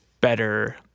better